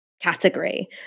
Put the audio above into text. category